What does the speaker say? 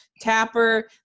tapper